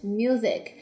music